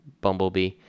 Bumblebee